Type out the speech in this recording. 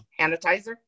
Sanitizer